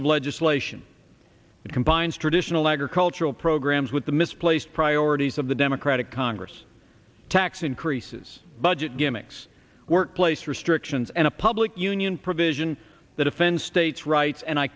of legislation that combines traditional agricultural programs with the misplaced priorities of the democratic congress tax increases budget gimmicks workplace restrictions and a public union provision that offends states rights and i